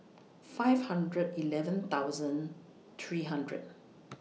five hundred eleven thousand three hundred